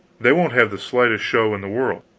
they won't have the slightest show in the world.